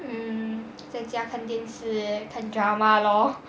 mm 在家看电视看 drama lor